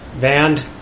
band